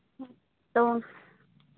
ᱛᱚ